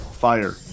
fire